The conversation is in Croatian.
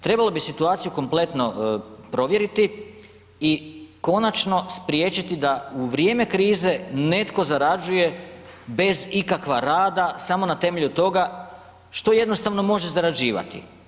Trebalo bi situaciju kompletno provjeriti i konačno spriječiti da u vrijeme krize netko zarađuje bez ikakva rada samo na temelju toga što jednostavno može zarađivati.